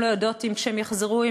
נשים לא יודעות אם כשהן יחזרו,